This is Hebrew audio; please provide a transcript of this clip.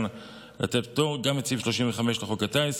לתת פטור גם את סעיף 35 לחוק הטיס.